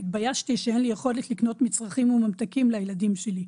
והתביישתי שאין לי יכולת לקנות מצרכים וממתקים לילדים שלי.